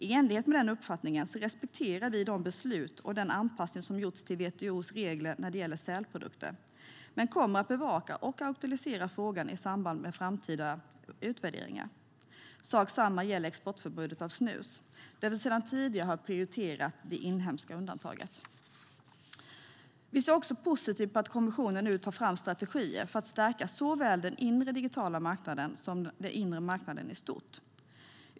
I enlighet med den uppfattningen respekterar vi det beslut och den anpassning som gjorts till WTO:s regler när det gäller sälprodukter men kommer att bevaka och aktualisera frågan i samband med framtida utvärderingar. Samma sak gäller exportförbudet av snus där vi sedan tidigare har prioriterat det inhemska undantaget. Vi ser också positivt på att kommissionen nu tar fram strategier för att stärka såväl den inre digitala marknaden som den inre marknaden i stort.